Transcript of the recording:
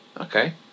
Okay